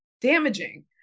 damaging